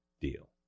deal